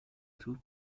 توپ